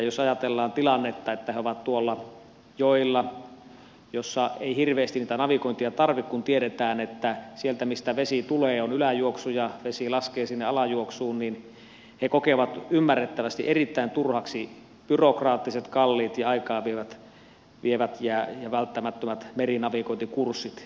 jos ajatellaan tilannetta että he ovat tuolla joilla joissa ei hirveästi navigointia tarvitse ja kun tiedetään että siellä mistä vesi tulee on yläjuoksu ja vesi laskee sinne alajuoksuun niin he kokevat ymmärrettävästi erittäin turhaksi byrokraattiset kalliit ja aikaa vievät ja välttämättömät merinavigointikurssit